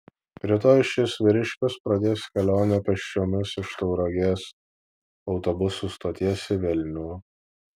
rytoj šis vyriškis pradės kelionę pėsčiomis iš tauragės autobusų stoties į vilnių